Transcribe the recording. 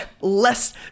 less